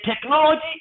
technology